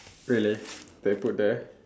really they put there